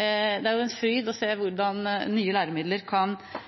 Det er en fryd å se hvordan en lærer som vet hvordan man skal bruke nye, tilpassede læremidler, kan